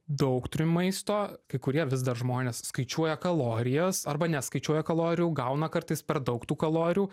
daug turim maisto kai kurie vis dar žmonės skaičiuoja kalorijas arba neskaičiuoja kalorijų gauna kartais per daug tų kalorijų